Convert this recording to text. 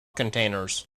containers